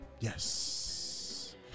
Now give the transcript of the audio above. Yes